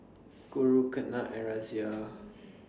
Guru Ketna and Razia